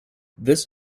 this